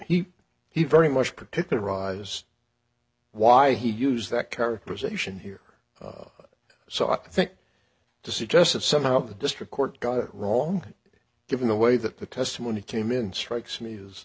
he he very much particularize why he used that characterization here so i think to suggest that somehow the district court got it wrong given the way that the testimony came in strikes me is